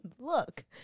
look